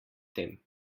tem